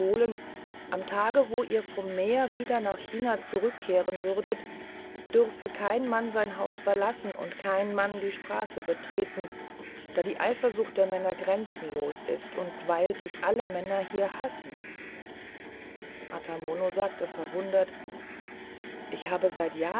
am tage wo ihr vom meere wieder nach china zurückkehren würdet dürfe kein mann sein haus verlassen und kein mann die straße betreten da die eifersucht der männer grenzenlos ist und weil dich alle männer hier hassen ata mono sagte verwundert ich habe seit jahren